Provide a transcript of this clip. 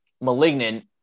Malignant